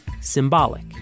symbolic